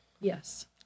Yes